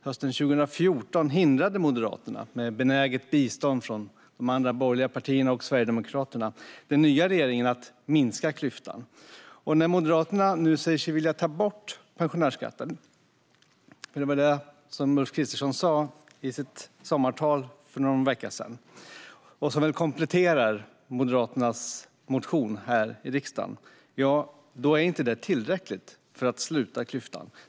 Hösten 2014 hindrade Moderaterna, med benäget bistånd från de andra borgerliga partierna och Sverigedemokraterna, den nya regeringen från att minska klyftan. När Moderaterna nu säger sig vilja ta bort pensionärsskatten, för det var det Ulf Kristersson sa i sitt sommartal för någon vecka sedan och som kompletterar Moderaternas motion i riksdagen, är det inte tillräckligt för att sluta klyftan.